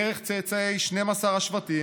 דרך צאצאי שנים עשר השבטים,